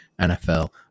NFL